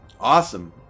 Awesome